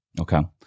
Okay